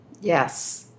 Yes